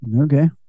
okay